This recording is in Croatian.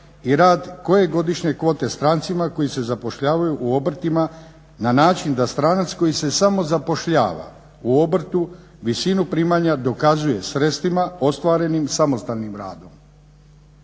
i rad koje godišnje kvote strancima koji se zapošljavaju u obrtima na način da stranac koji se samozapošljava u obrtu visinu primanja dokazuje sredstvima ostvarenim samostalnim radom.